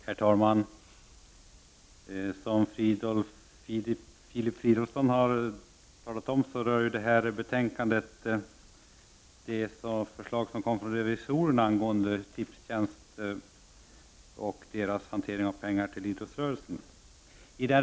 Herr talman! Som Filip Fridolfsson sade rör det här betänkandet riksdagens revisorers förslag angående Tipstjänst och dess hantering av pengar till idrottsrörelsen.